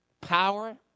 power